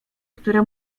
które